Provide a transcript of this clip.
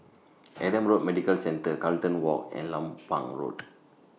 Adam Road Medical Centre Carlton Walk and Lompang Road